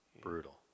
brutal